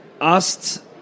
asked